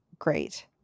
Great